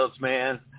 Man